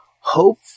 hope